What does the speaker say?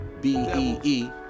B-E-E